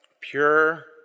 Pure